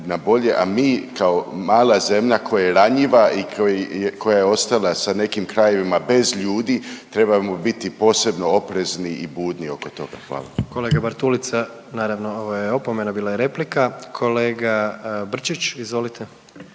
a mi kao mala zemlja koja je ranjiva i koja je ostala sa nekim krajevima bez ljudi trebamo biti posebno oprezni i budni oko toga. Hvala. **Jandroković, Gordan (HDZ)** Kolega Bartulica, naravno ovo je opomena bila je replika. Kolega Brčić, izvolite.